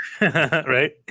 right